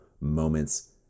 moments